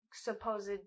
supposed